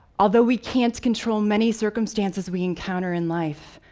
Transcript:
although we can't control many circumstances we encounter in life,